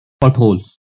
Potholes